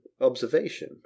observation